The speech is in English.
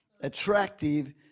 attractive